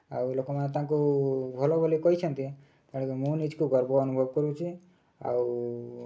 ଆଉ ଲୋକମାନେ ତାଙ୍କୁ ଭଲ ବୋଲି କହିଛନ୍ତି ତେଣୁକରି ମୁଁ ନିଜକୁ ଗର୍ବ ଅନୁଭବ କରୁଛି ଆଉ